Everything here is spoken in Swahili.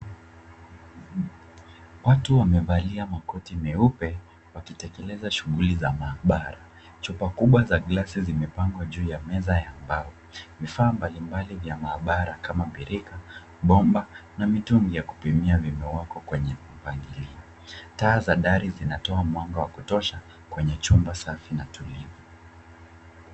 Watu wamevalia makoti meupe wakitekeleza shughuli za maabara. Chupa kubwa za glasi zimepangwa juu ya meza ya mbao. Vifaa mbalimbali vya maabara kama birika, bomba na mitungi ya kupimia vimewekwa kwenye mpangilio. Taa za dari zinatoa mwanga wa kutosha kwenye chumba safi na tulivu.